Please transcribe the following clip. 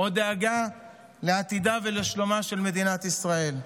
או דאגה לעתידה ולשלומה של מדינת ישראל?